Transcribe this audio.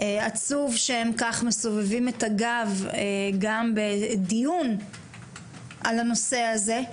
זה עצוב שהם מסובבים כך את הגב בדיון בנושא הזה,